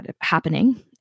happening